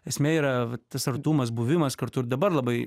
esmė yra tas artumas buvimas kartu ir dabar labai